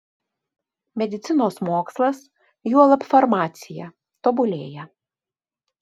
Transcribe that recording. medicinos mokslas juolab farmacija tobulėja